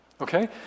Okay